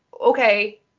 okay